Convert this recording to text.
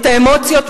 את האמוציות,